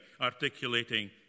articulating